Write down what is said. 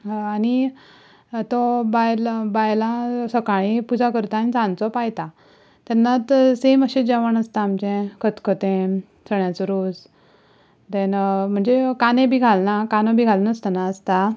आनी तो बायल बायलां सकाळीं पुजा करता आनी सांजचो पायता तेन्ना सेम अशें जेवण आसता आमचें खतखतें चण्याचो रोस देन म्हणचे कांदे बी घालना कांदो बी घालनासतना आसता